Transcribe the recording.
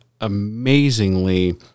amazingly